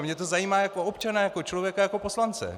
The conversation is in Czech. Mě to zajímá jako občana, jako člověka, jako poslance.